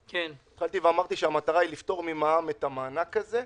המטרה היא לפטור ממע"מ את המענק הזה.